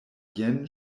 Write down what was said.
jen